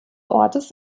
ortes